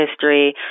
history